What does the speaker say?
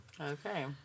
Okay